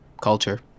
Culture